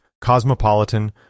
Cosmopolitan